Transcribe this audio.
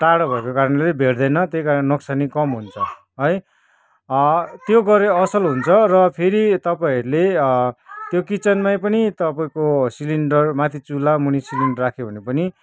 टाडो भएको कारणले भेट्दैन त्यहीकारण नोक्सानी कम हुन्छ है त्यो गरे असल हुन्छ र फेरि तपाईँहरूले त्यो किचनमै पनि तपाईँको सिलिन्डर माथि चुल्हा मुनि सिलिन्डर राख्यो भने पनि